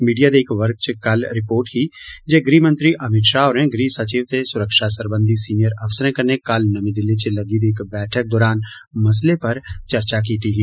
media दे इक्क वर्ग च कल रिर्पोट ही जे गृहमंत्री अमित शाह होरें गृह सचिव ते सुरक्षा सरबंधी सीनियर अफसरें कन्नै कल नमीं दिल्ली च लग्गी दी इक्क बैठक दौरान मसले पर चर्चा कीती ही